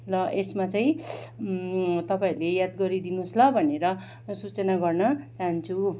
र यसमा चाहिँ तपाईँहरूले याद गरिदिनुहोस् ल भनेर सूचना गर्न चाहन्छु